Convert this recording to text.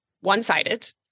One-sided